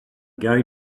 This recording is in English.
going